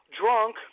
drunk